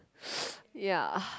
ya